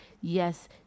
Yes